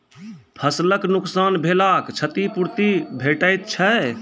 फसलक नुकसान भेलाक क्षतिपूर्ति भेटैत छै?